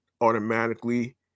automatically